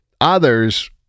others